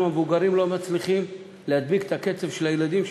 אנחנו המבוגרים לא מצליחים להדביק את הקצב של הילדים שלנו,